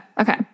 Okay